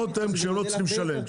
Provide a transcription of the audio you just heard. העקרונות הם שלא צריכים לשלם.